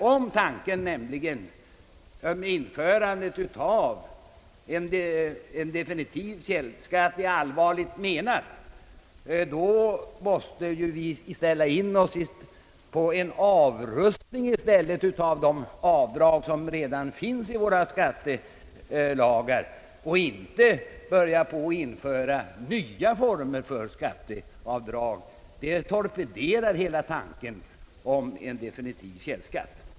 Om tanken att införa en definitiv källskatt är allvarligt menad, måste vi ju ställa in oss på ett borttagande av de avdrag som finns i våra skattelagar och inte börja på att införa nya former för skatteavdrag — det torpederar hela tanken på en definitiv källskatt.